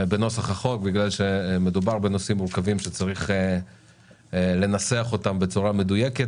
בנוסח החוק מאחר שמדובר בנושאים מורכבים שצריך לנסח אותן בצורה מדויקת.